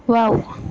wow